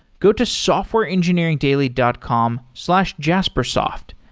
go to softwareengineeringdaily dot com slash jaspersoft.